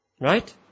Right